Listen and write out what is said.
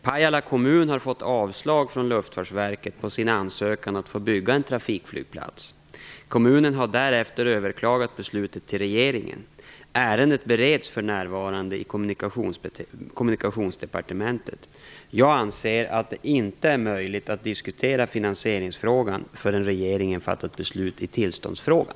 Pajala kommun har fått avslag från Luftfartsverket på sin ansökan att få bygga en trafikflygplats. Kommunen har därefter överklagat beslutet till regeringen. Ärendet bereds för närvarande i Kommunikationsdepartementet. Jag anser att det inte är möjligt att diskutera finansieringsfrågan förrän regeringen fattat beslut i tillståndsfrågan.